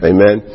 Amen